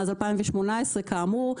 כאמור,